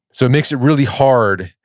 so it makes it really hard,